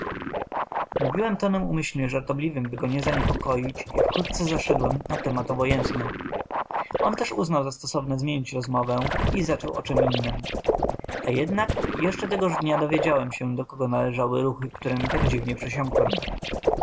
mówiłem tonem umyślnie żartobliwym by go nie zaniepokoić i wkrótce zeszedłem na temat obojętny on też uznał za stosowne zmienić rozmowę i zaczął o czem innem a jednak jeszcze tegoż dnia dowiedziałem się do kogo należały ruchy któremi tak dziwnie przesiąkłem